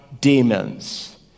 demons